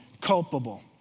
culpable